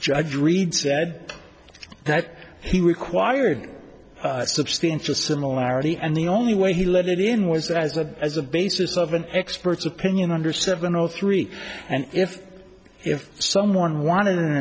judge read said that he required substantial similarity and the only way he let it in was as a as a basis of an expert's opinion under seven or three and if if someone wanted an